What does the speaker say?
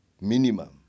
minimum